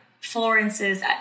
Florence's